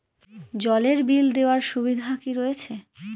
জলের বিল দেওয়ার সুবিধা কি রয়েছে?